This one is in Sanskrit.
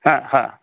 हा हा